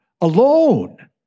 alone